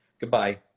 Goodbye